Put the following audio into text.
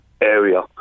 area